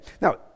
Now